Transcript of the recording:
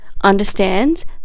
understands